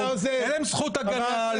אין זכות הגנה.